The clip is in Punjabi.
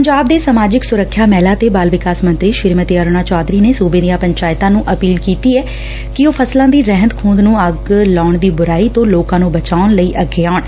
ਪੰਜਾਬ ਦੇ ਸਮਾਜਿਕ ਸੁਰੱਖਿਆ ਮਹਿਲਾ ਤੇ ਬਾਲ ਵਿਕਾਸ ਮੰਤਰੀ ਸ੍ਰੀਮਤੀ ਅਰੁਣਾ ਚੋਧਰੀ ਨੇ ਸੁਬੇ ਦੀਆਂ ਪੰਚਾਇਤਾਂ ਨੂੰ ਅਪੀਲ ਕੀਤੀ ਐ ਕਿ ਉਹ ਫਸਲਾਂ ਦੀ ਰਹਿੰਦ ਖੁੰਹਦ ਨੂੰ ਅੱਗ ਲਾਉਣ ਦੀ ਬੁਰਾਈ ਨੂੰ ਰੋਕਣ ਲਈ ਅੱਗੇ ਆਉਣ